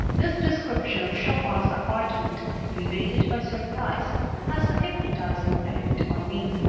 this description of chopin's apartment invaded by surprise has a hypnotizing effect on me.